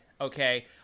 Okay